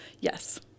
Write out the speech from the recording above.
Yes